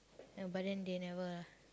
ya but then they never lah